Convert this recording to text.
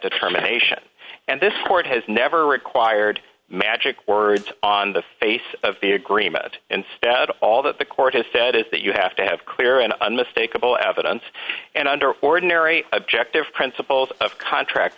determination and this court has never required magic words on the face of the agreement instead all that the court has said is that you have to have clear and unmistakable evidence and under ordinary objective principles of contract